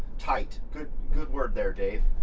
tight. good good word there, dave.